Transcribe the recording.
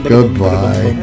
Goodbye